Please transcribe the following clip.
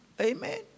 Amen